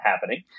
happening